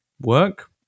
work